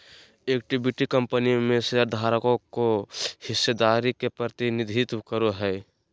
equity company में शेयरधारकों के हिस्सेदारी के प्रतिनिधित्व करो हइ